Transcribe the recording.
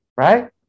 Right